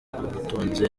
ubutunzi